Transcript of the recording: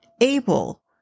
able